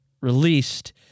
released